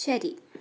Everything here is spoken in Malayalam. ശരി